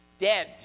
Dead